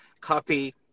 Copy